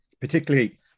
particularly